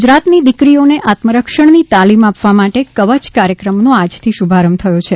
ગુજરાતની દિકરીઓને આત્મરક્ષણની તાલીમ આપવા માટે કવચ કાર્યક્રમનો આજથી શુભારંભ થયો છે